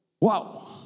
Wow